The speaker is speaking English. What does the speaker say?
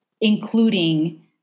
including